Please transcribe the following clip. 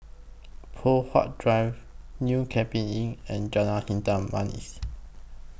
Poh Huat Drive New Cape Inn and Jalan Hitam Manis